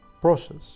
process